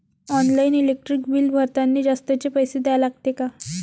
Online electric bill भरतानी जास्तचे पैसे द्या लागते का?